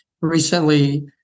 recently